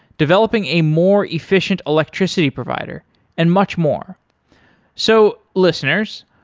developing a more efficient electricity provider and much more so listeners,